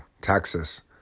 Texas